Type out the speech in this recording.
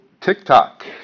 TikTok